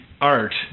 art